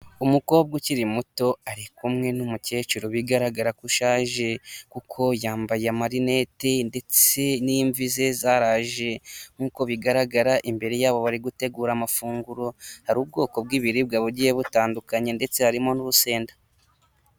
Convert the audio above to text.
Umukobwa ukiri muto ari kumwe n'umukecuru bigaragara ko ushaje, kuko yambaye amarinete ndetse n'imvi ze zaraje, nkuko bigaragara imbere yabo bari gutegura amafunguro, hari ubwoko bw'ibiribwa bugiye butandukanye ndetse harimo n'urusenda.